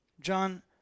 John